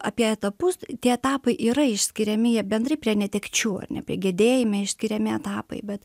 apie etapus tie etapai yra išskiriami jie bendrai prie netekčių ar ne prie gedėjime išskiriami etapai bet